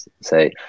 say